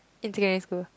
in secondary school